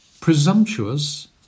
presumptuous